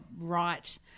right